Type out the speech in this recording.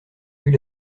plus